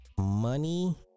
money